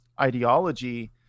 ideology